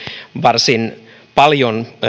varsin paljon